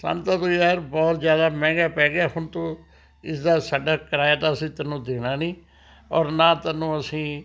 ਸਾਨੂੰ ਤਾਂ ਤੂੰ ਯਾਰ ਬਹੁਤ ਜ਼ਿਆਦਾ ਮਹਿੰਗਾ ਪੈ ਗਿਆ ਹੁਣ ਤੂੰ ਇਸ ਦਾ ਸਾਡਾ ਕਿਰਾਇਆ ਤਾਂ ਅਸੀਂ ਤੈਨੂੰ ਦੇਣਾ ਨਹੀਂ ਔਰ ਨਾ ਤੈਨੂੰ ਅਸੀਂ